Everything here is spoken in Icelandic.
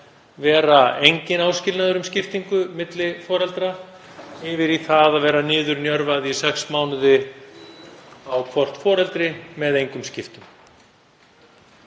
vera enginn áskilnaður um skiptingu milli foreldra yfir í það að vera niðurnjörvað í sex mánuði á hvort foreldri með engum skiptum.